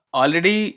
already